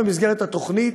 במסגרת התוכנית,